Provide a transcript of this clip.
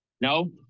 No